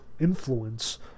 influence